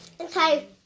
Okay